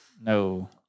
No